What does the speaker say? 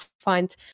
find